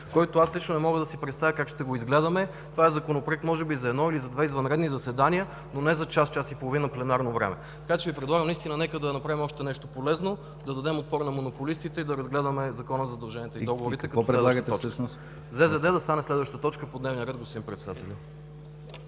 който аз лично не мога да си представя как ще го изгледаме. Това е Законопроект може би за едно или за две извънредни заседания, но не за час, час и половина пленарно време. Така че Ви предлагам: нека да направим още нещо полезно – да дадем отпор на монополистите и да разгледаме Закона за задълженията и договорите като следваща точка. ПРЕДСЕДАТЕЛ ДИМИТЪР ГЛАВЧЕВ: Какво предлагате